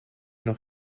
noch